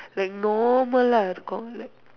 like normal lah